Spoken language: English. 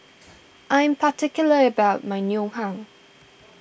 I am particular about my Ngoh Hiang